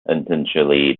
intentionally